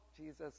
Jesus